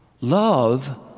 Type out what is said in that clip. Love